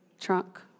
trunk